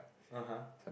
(uh huh)